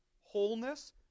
wholeness